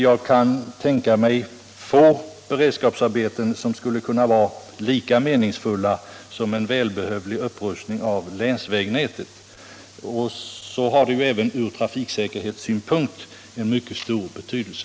Jag kan tänka mig få beredskapsarbeten som skulle kunna vara lika meningsfulla som en välbehövlig upprustning av landsvägsnätet. Även ur trafiksäkerhetssynpunkt har ju en sådan upprustning mycket stor betydelse.